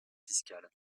fiscal